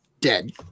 Dead